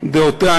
דעותיה,